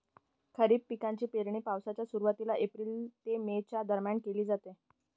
खरीप पिकांची पेरणी पावसाच्या सुरुवातीला एप्रिल ते मे च्या दरम्यान केली जाते